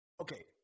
okay